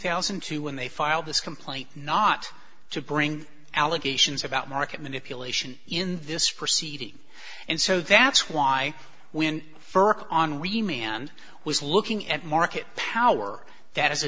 thousand and two when they filed this complaint not to bring allegations about market manipulation in this proceeding and so that's why when fir henri man was looking at market power that is a